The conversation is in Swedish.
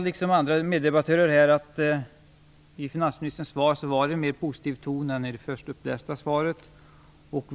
Liksom mina meddebattörer noterar jag att tonen i finansministerns inlägg i debatten var mer positiv än den i det skrivna svaret.